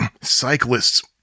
cyclists